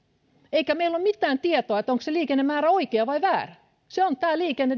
eikä meillä ole mitään tietoa onko se liikennemäärä oikea vai väärä se on tämä liikenne